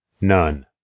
None